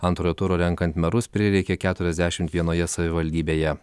antrojo turo renkant merus prireikė keturiasdešim vienoje savivaldybėje